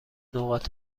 نقاط